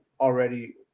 Already